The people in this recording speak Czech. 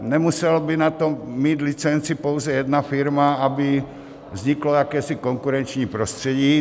Nemusela by na to mít licenci pouze jedna firma, aby vzniklo jakési konkurenční prostředí.